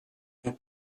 vous